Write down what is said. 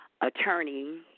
attorney